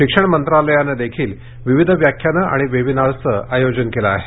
शिक्षण मंत्रालयानंही विविध व्याख्यानं आणि वेबिनारचं आयोजन केलं आहे